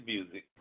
Music